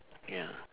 ya